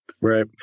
Right